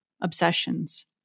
obsessions